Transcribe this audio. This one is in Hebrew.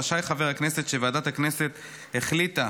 רשאי חבר הכנסת שוועדת הכנסת החליטה